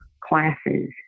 classes